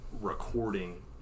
recording